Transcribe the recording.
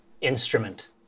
instrument